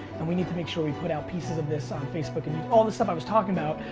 and we need to make sure we put out pieces of this on facebook, and all the stuff i was talking about,